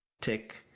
tick